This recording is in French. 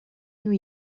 new